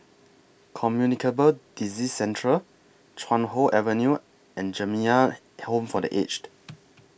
Communicable Disease Centreal Chuan Hoe Avenue and Jamiyah Home For The Aged